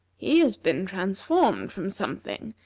he has been transformed from something,